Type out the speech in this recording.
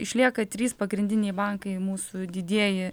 išlieka trys pagrindiniai bankai mūsų didieji